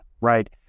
right